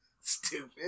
Stupid